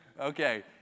Okay